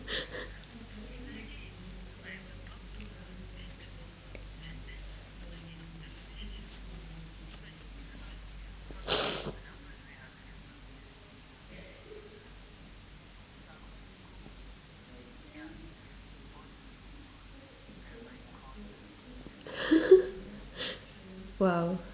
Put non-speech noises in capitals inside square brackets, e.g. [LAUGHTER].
[NOISE] [LAUGHS] !wow!